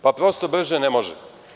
Prosto, brže ne može.